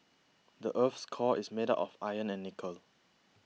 the earth's core is made of iron and nickel